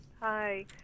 hi